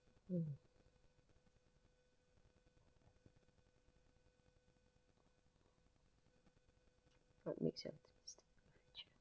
mm what makes